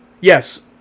Yes